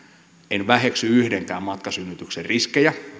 en väheksy yhdenkään matkasynnytyksen riskejä